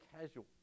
casual